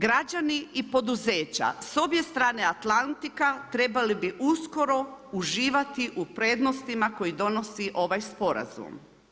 Građani i poduzeća s obje strane Atlantika trebali bi uskoro uživati u prednostima koji donosi ovaj sporazum.